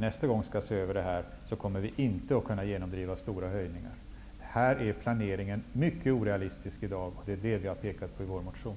nästa gång som vi skall se över detta, då inte kommer att kunna genomdriva några stora höjningar. Här är planeringen mycket orealistisk i dag, och det är det som vi har pekat på i vår motion.